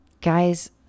Guys